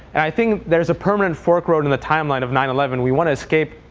and i think there's a permanent fork road in the timeline of nine eleven. we want to escape,